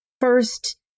First